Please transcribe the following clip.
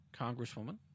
Congresswoman